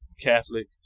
Catholic